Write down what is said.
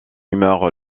humeur